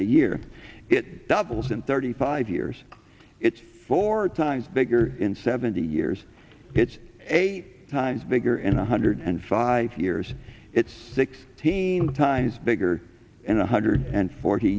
a year it doubles in thirty five years it's four times bigger in seventy years it's a times bigger in a hundred and five years it's six team times bigger in a hundred and forty